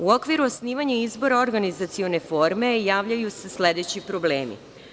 U okviru osnivanja izbora organizacione forme javljaju se sledeći problemi.